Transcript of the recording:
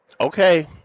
Okay